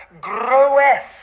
groweth